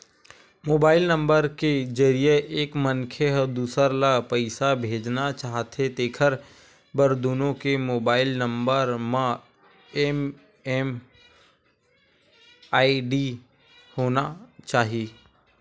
mobile number के जरिए एक मनखे ह दूसर ल पइसा भेजना चाहथे तेखर बर दुनो के मोबईल नंबर म एम.एम.आई.डी होना चाही